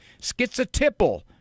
Schizotypal